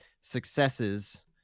successes